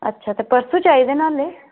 अच्छा ते परसू चाहिदे न आह्ले